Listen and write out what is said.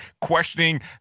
questioning